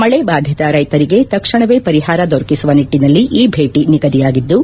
ಮಳೆಬಾಧಿತ ರೈತರಿಗೆ ತಕ್ಷಣವೇ ಪರಿಹಾರ ದೊರಕಿಸುವ ನಿಟ್ಟನಲ್ಲಿ ಈ ಭೇಟಿ ನಿಗದಿಯಾಗಿದ್ಲು